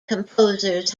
composers